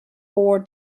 four